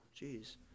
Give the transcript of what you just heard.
Jeez